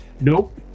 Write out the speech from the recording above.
Nope